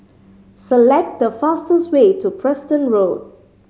select the fastest way to Preston Road